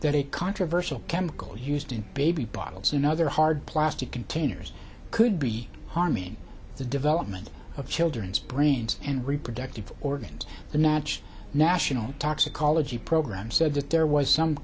that a controversial chemical used in baby bottles and other hard plastic containers could be harming the development of children's brains and reproductive organs the nach national toxicology program said that there was some